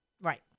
Right